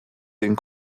den